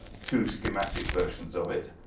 two schematic versions of it.